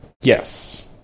Yes